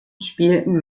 spielten